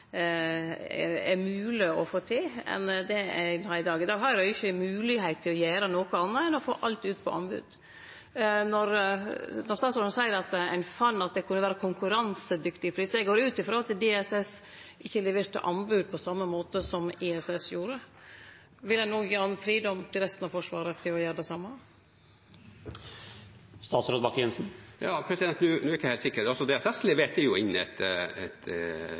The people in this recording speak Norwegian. det er mogleg å få til? I dag har ein jo ikkje moglegheit til å gjere noko anna enn å få alt ut på anbod. Når statsråden seier at ein fann at det kunne vere konkurransedyktig pris, går eg ut frå at DSS ikkje leverte anbod på same måte som ISS gjorde. Vil ein no gi fridom til resten av Forsvaret til å gjere det same? Nå er jeg ikke helt sikker – altså DSS leverte jo inn et regnestykke som gjorde at de kunne overta det,